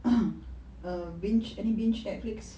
um binge any binge netflix